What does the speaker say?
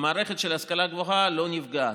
המערכת של ההשכלה הגבוהה לא נפגעת.